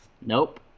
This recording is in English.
Nope